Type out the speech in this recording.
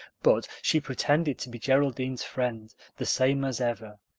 but she pretended to be geraldine's friend the same as ever.